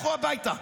לכו הביתה.